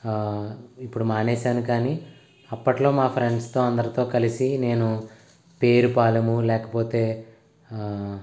ఇప్పుడు మానేసాను కానీ అప్పట్లో మా ఫ్రెండ్స్తో అందరితో కలిసి నేను పేరుపాలెము లేకపోతే